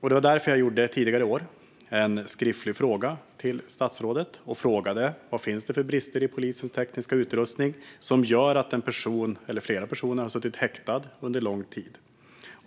var ohörbart. Därför ställde jag tidigare i år en skriftlig fråga till statsrådet där jag undrade vad det var för brister i polisens tekniska utrustning som gjorde att flera personer fick sitta häktade under lång tid.